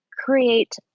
create